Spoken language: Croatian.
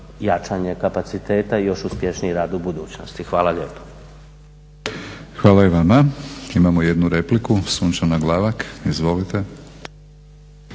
jačanje kapaciteta i još uspješniji rad u budućnosti. Hvala lijepa. **Batinić, Milorad (HNS)** Hvala i vama. Imamo jednu repliku. Sunčana Glavak, izvolite.